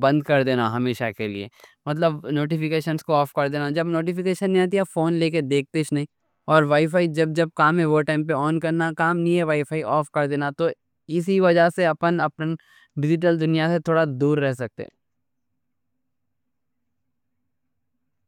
بند کر دینا ہمیشہ کے لیے، مطلب نوٹیفکیشن کو آف کر دینا۔ جب نوٹیفکیشن نہیں آتی آپ فون لے کے دیکھتے نہیں، اور وائی فائی جب کام ہے وہ ٹائم پہ آن کرنا، کام نہیں ہے تو وائی فائی آف کر دینا۔ تو اسی وجہ سے اپن ڈیجیٹل دنیا سے تھوڑا دور رہ سکتے ہیں۔